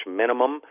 minimum